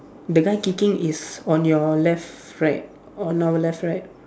the guy kicking is on your left right or on our left right